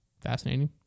Fascinating